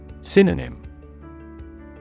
Synonym